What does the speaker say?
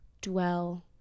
dwell